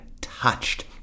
touched